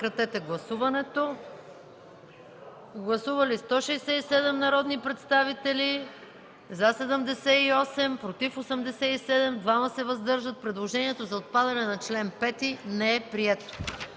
Предложението за отпадане на чл. 5 не е прието.